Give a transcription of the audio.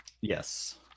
Yes